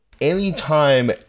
anytime